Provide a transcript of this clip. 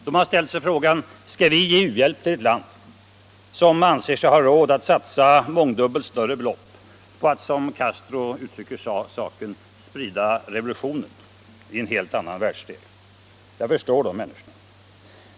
De har ställt sig frågan: Skall vi ge u-hjälp till ett land som anser sig ha råd att satsa mångdubbelt större belopp på att, som Castro uttrycker saken, sprida revolutionen — i en helt annan världsdel? Jag förstår de människorna.